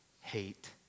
hate